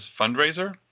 fundraiser